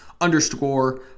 underscore